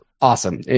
awesome